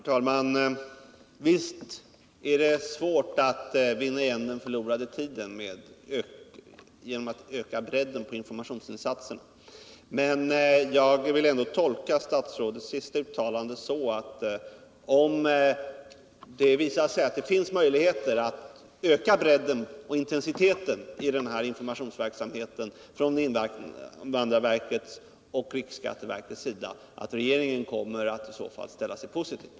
Herr talman! Visst är det svårt att vinna igen förlorad tid genom att öka bredden på informationsinsatsen. Jag vill ändå tolka statsrådets senaste uttalande så, att om det visar sig att det finns en möjlighet för invandrarverket och riksskatteverket att öka bredden på och intensiteten i informationsverksamheten kommer regeringen att ställa sig positiv härtill.